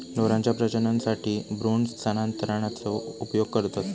ढोरांच्या प्रजननासाठी भ्रूण स्थानांतरणाचा उपयोग करतत